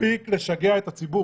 מספיק לשגע את הציבור